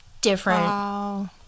different